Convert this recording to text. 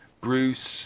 Bruce